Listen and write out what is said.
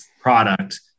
product